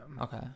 Okay